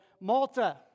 Malta